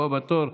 הבא בתור,